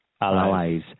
Allies